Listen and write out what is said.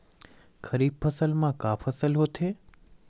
खरीफ फसल मा का का फसल होथे?